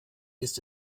ist